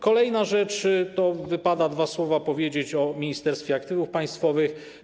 Kolejna rzecz, o której wypada dwa słowa powiedzieć, to Ministerstwo Aktywów Państwowych.